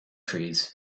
trees